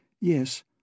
yes